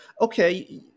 okay